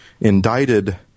indicted